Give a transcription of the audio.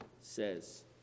says